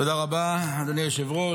תודה רבה, אדוני היושב-ראש.